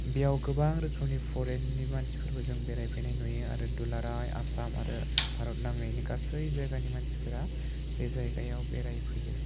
बेयाव गोबां रोखोमनि फरेननि मानसिफोरबो जों बेरायफैनाय नुयो आरो दुलाराय आसाम आरो भारतनाङैनो गासै जायगानि मानसिफोरा बे जायगायाव बैरायफैयो